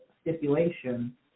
stipulation